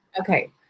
Okay